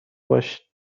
باشید